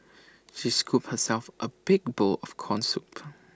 she scooped herself A big bowl of Corn Soup